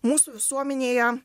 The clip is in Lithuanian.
mūsų visuomenėje